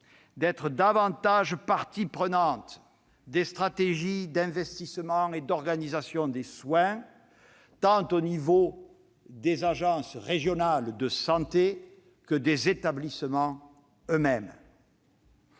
d'être davantage parties prenantes des stratégies d'investissement et d'organisation des soins, au niveau tant des agences régionales de santé que des établissements eux-mêmes. À